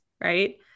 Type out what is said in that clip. right